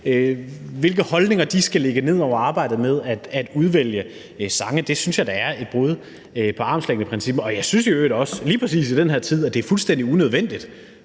hvilke holdninger de skal lægge ned over arbejdet med at udvælge sange, synes jeg da er et brud med armslængdeprincippet. Jeg synes i øvrigt også, lige præcis i den her tid, at det er fuldstændig unødvendigt,